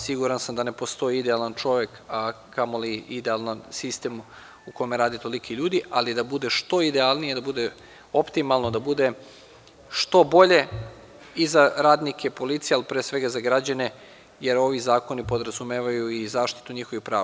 Siguran sam da ne postoji idealan čovek, a kamo li idealan sistem u kome rade toliki ljudi, ali da bude što idealnije, da bude optimalno, da bude što bolje i za radnike policije, ali pre svega za građane, jer ovi zakoni podrazumevaju i zaštitu njihovih prava.